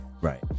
Right